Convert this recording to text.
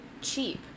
cheap